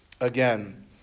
again